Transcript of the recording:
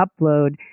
upload